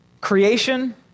creation